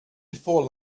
before